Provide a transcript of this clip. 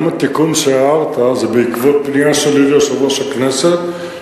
גם התיקון שהערת הוא בעקבות פנייה שלי ליושב-ראש הכנסת,